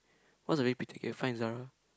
what's the K fine Zara